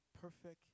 perfect